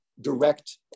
direct